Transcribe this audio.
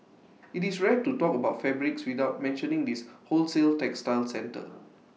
IT is rare to talk about fabrics without mentioning this wholesale textile centre